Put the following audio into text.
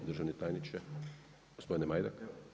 Državni tajniče, gospodine Majdak.